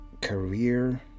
career